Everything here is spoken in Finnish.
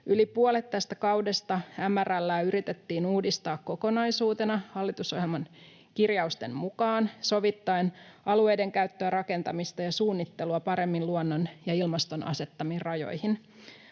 Yli puolet tästä kaudesta MRL:ää yritettiin uudistaa kokonaisuutena hallitusohjelman kirjausten mukaan, sovittaen alueidenkäyttöä, rakentamista ja suunnittelua paremmin luonnon ja ilmaston asettamiin rajoihin.